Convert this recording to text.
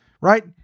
right